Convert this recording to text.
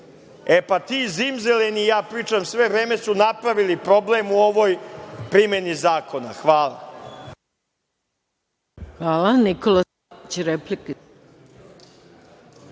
E, pa ti zimzeleni, ja pričam sve vreme, su napravili problem u ovoj primeni zakona. Hvala.